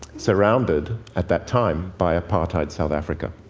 surrounded at that time by apartheid south africa.